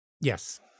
Yes